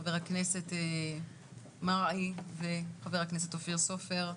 חבר הכנסת מרעי וחבר הכנסת אופיר סופר.